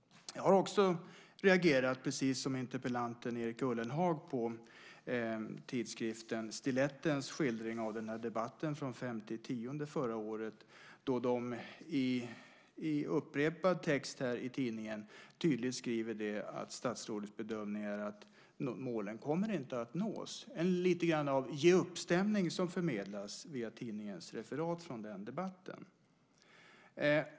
Jag har också reagerat, precis som interpellanten Erik Ullenhag, på tidskriften Stilettens skildring av den här debatten den 5 oktober förra året. De skriver tydligt i texten i tidningen att statsrådets bedömning är att målen inte kommer att nås. Det är lite grann av en ge-upp-stämning som förmedlas via tidningens referat från debatten.